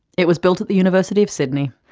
it was built at the university of sydney,